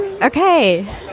Okay